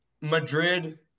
Madrid